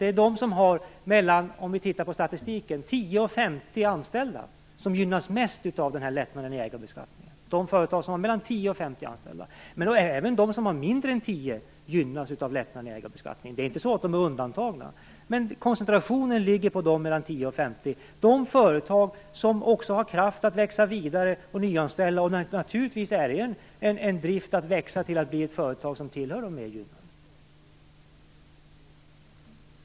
Om vi ser till statistiken är det företag med mellan 10 och 50 anställda som gynnas mest. Men även företag med mindre än 10 anställda gynnas av lättnaden i ägarbeskattningen. De är inte undantagna. Men koncentrationen ligger på dem med mellan 10 och 50 anställda, på de företag som också har kraft att växa vidare och nyanställa. För de små företagen är det naturligtvis också en drivfjäder att växa och bli ett företag som tillhör de mer gynnade.